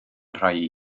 rhai